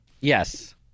Yes